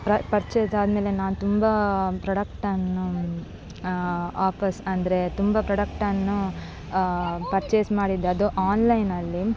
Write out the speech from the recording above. ಪ್ರ ಪರ್ಚೇಸ್ ಆದಮೇಲೆ ನಾನು ತುಂಬ ಪ್ರಾಡಕ್ಟನ್ನು ವಾಪಸ್ಸು ಅಂದರೆ ತುಂಬ ಪ್ರಾಡಕ್ಟನ್ನು ಪರ್ಚೇಸ್ ಮಾಡಿದ್ದೆ ಅದು ಆನ್ಲೈನಲ್ಲಿ